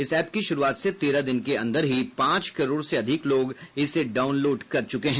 इस ऐप की शुरूआत से तेरह दिन के अंदर ही पांच करोड़ से अधिक लोग इसे डाउनलोड कर चुके हैं